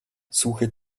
suche